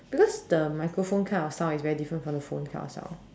because the microphone kind of sound is different from the phone kind of sound